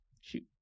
Shoot